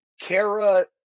Kara